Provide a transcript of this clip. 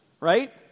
right